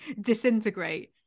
disintegrate